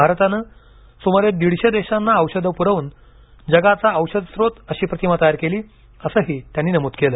भारतानं सुमारे दीडशे देशांना औषधं पुरवून जगाचा औषधस्रोत अशी प्रतिमा तयार केली असंही त्यांनी नमूद केलं